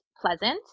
pleasant